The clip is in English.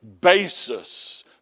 basis